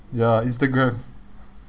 ya instagram